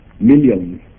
millions